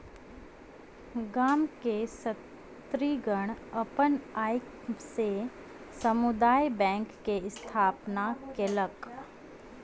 गाम के स्त्रीगण अपन आय से समुदाय बैंक के स्थापना केलक